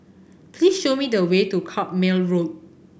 please show me the way to Carpmael Road